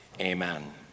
Amen